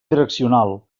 direccional